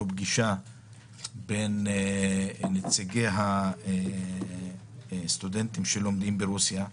פגישה בין נציגי הסטודנטים שלומדים ברוסיה.